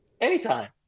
Anytime